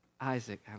Isaac